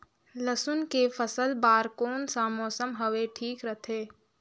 लसुन के फसल बार कोन सा मौसम हवे ठीक रथे?